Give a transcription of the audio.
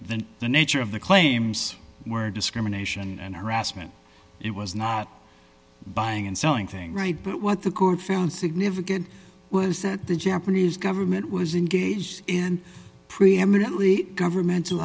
than the nature of the claims where discrimination and harassment it was not buying and selling things right but what the court found significant was that the japanese government was engaged in preeminently governmental